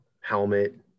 Helmet